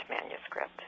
manuscript